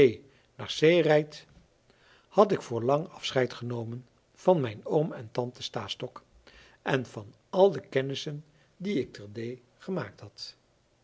naar c rijdt had ik voor lang afscheid genomen van mijn oom en tante stastok en van al de kennissen die ik te d gemaakt had